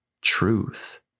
truth